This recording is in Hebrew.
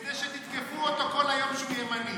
כדי שתתקפו אותו כל היום שהוא ימני?